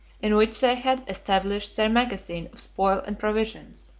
in which they had established their magazine of spoil and provisions.